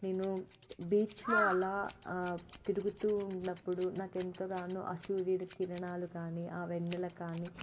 నేను బీచ్లో అలా తిరుగుతూ ఉన్నప్పుడు నాకెంతగానో ఆ సూర్యుడి కిరణాలు కానీ ఆ వెన్నెల కానీ